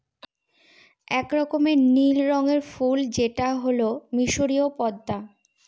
এক রকমের নীল রঙের ফুল যেটা হল মিসরীয় পদ্মা